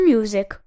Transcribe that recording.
Music